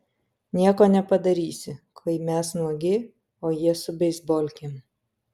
nieko nepadarysi kai mes nuogi o jie su beisbolkėm